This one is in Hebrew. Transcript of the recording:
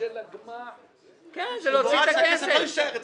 של הגמ"ח היא שהכסף לא יישאר אצלו.